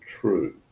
True